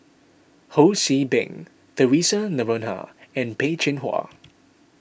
Ho See Beng theresa Noronha and Peh Chin Hua